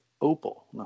Opal